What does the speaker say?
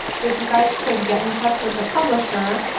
so, if you guys could get in touch with the publisher,